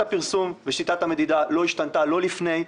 הפרסום ושיטת המדידה לא השתנתה לא לפני,